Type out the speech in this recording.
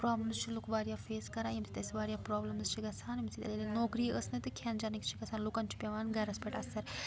problems چھِ لُکھ واریاہ فیس کَران ییٚمہِ سۭتۍ اَسہِ ییٚلہِ نہٕ نوکریی ٲس نہٕ تہٕ کھٮ۪ن چھٮ۪نٕکۍ چھِ گَژھان لوٗکن چھُ پٮ۪وان گَرس پٮ۪ٹھ اثر